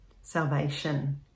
salvation